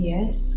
Yes